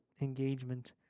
engagement